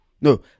No